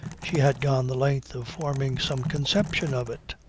she had gone the length of forming some conception of it.